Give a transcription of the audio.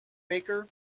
baker